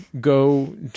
go